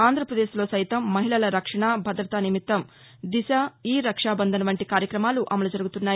ఆంధ్రపదేశ్లో సైతం మహిళల రక్షణ భద్రత నిమిత్తం దిశ ఈ రక్షాబంధన్ వంటి కార్యక్రమాలు అమలు జరుగుతున్నాయి